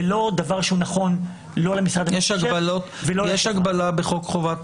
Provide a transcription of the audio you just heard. זה לא דבר שהוא נכון לא למשרד --- יש הגבלה בחוק חובת